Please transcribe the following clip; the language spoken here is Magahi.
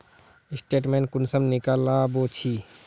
स्टेटमेंट कुंसम निकलाबो छी?